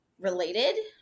related